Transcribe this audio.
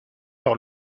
par